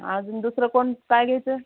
अजून दुसरं कोण काय घ्यायचं आहे